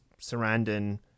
Sarandon